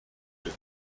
den